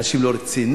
אנשים לא רציניים?